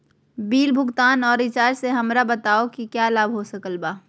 Bill भुगतान और recharge से हमरा बताओ कि क्या लाभ हो सकल बा?